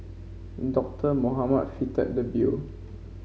Doctor Mohamed fitted the bill